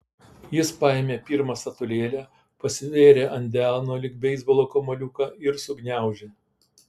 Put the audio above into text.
jis paėmė pirmą statulėlę pasvėrė ant delno lyg beisbolo kamuoliuką ir sugniaužė